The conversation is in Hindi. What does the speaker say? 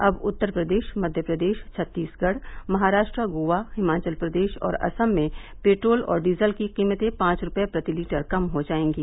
अब उत्तर प्रदेश मध्य प्रदेश छत्तीसगढ महाराष्ट्र गोवा हिमाचल प्रदेश और असम में पेट्रोल और डीजल की कीमतें पांच रुपये प्रति लीटर कम हो जाएंगी